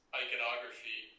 iconography